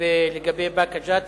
לגבי באקה ג'ת,